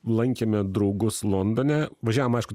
lankėme draugus londone važiavom aišku